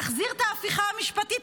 נחזיר את ההפיכה המשפטית,